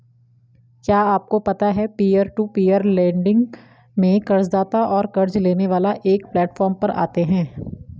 क्या आपको पता है पीयर टू पीयर लेंडिंग में कर्ज़दाता और क़र्ज़ लेने वाला एक प्लैटफॉर्म पर आते है?